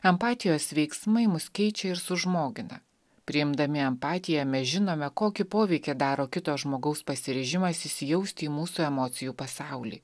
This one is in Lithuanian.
empatijos veiksmai mus keičia ir sužmogina priimdami empatiją mes žinome kokį poveikį daro kito žmogaus pasiryžimas įsijausti į mūsų emocijų pasaulį